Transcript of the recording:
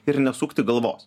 ir nesukti galvos